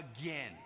again